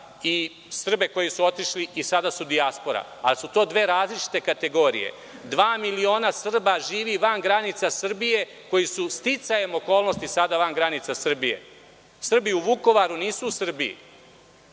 i Srbe koji su otišli i sada su dijaspora, ali su to dve različite kategorije. Dva miliona Srba živi van granica Srbije, koji su sticajem okolnosti sada van granica Srbije. Srbi u Vukovaru nisu u Srbiji,